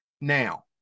Now